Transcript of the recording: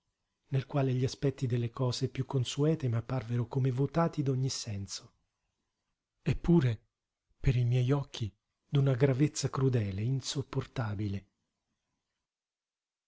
nel quale gli aspetti delle cose piú consuete m'apparvero come vtati di ogni senso eppure per i miei occhi d'una gravezza crudele insopportabile